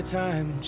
time